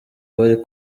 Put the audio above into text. bari